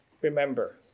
Remember